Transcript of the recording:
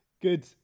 Good